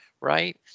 right